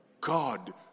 God